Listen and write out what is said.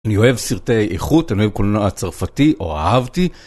אני אוהב סרטי איכות, אני אוהב קולנוע צרפתי, או אהבתי.